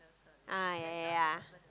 ah ya ya ya